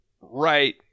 right